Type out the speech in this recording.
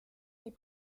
des